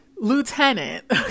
lieutenant